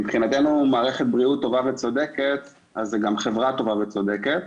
מבחינתנו מערכת בריאות טובה וצודקת זו גם חברה טובה וצודקת.